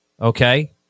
okay